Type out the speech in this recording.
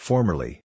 Formerly